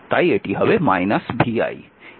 তাই এটি হবে vi